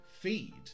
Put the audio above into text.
feed